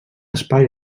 espai